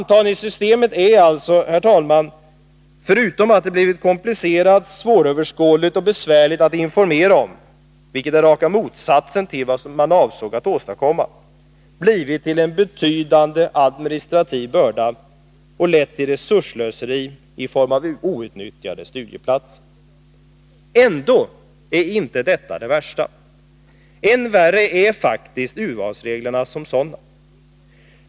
Antagningssystemet har alltså — förutom att det blivit komplicerat, svåröverskådligt och besvärligt att informera om, vilket är raka motsatsen till vad som avsågs — blivit en betydande administrativ börda, och det har lett till resursslöseri i form av outnyttjade studieplatser. Ändå är detta inte det värsta. Än värre är faktiskt urvalsreglerna som sådana.